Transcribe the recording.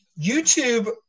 YouTube